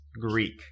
Greek